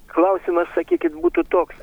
klausimas sakykit būtų toks